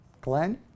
Glenn